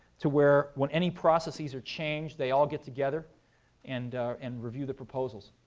to where, when any processes are change, they all get together and and review the proposals,